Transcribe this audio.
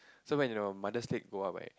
so when your mother's leg go up right